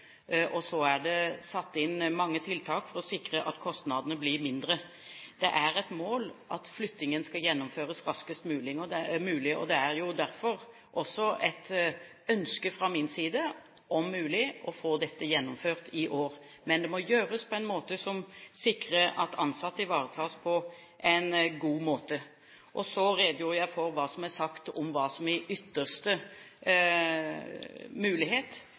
Så er det satt inn mange tiltak for å sikre at kostnadene blir mindre. Det er et mål at flyttingen skal gjennomføres raskest mulig, og det er jo derfor også et ønske fra min side, om mulig, å få dette gjennomført i år. Men det må gjøres på en måte som sikrer at ansatte ivaretas på en god måte. Så redegjorde jeg for hva som er sagt om hva som i ytterste mulighet